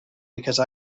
because